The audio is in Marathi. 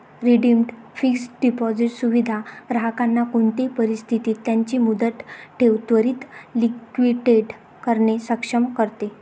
रिडीम्ड फिक्स्ड डिपॉझिट सुविधा ग्राहकांना कोणते परिस्थितीत त्यांची मुदत ठेव त्वरीत लिक्विडेट करणे सक्षम करते